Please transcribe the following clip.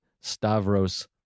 Stavros